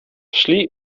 szli